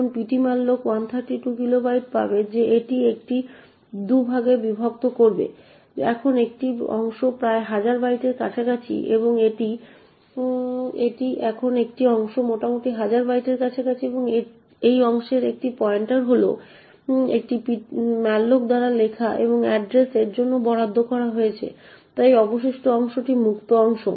এখন ptmalloc 132 kilobyte পাবে যে এটি এটিকে 2 ভাগে বিভক্ত করবে এখন একটি অংশ প্রায় হাজার বাইটের কাছাকাছি এবং এটি এখন একটি অংশ মোটামুটি হাজার বাইটের কাছাকাছি এবং এই অংশের একটি পয়েন্টার হল যা একটি malloc দ্বারা লেখা এবং এড্রেস এর জন্য বরাদ্দ করা হয়েছে তাই অবশিষ্ট অংশটি মুক্ত অংশ